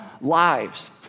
lives